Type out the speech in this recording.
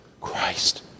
Christ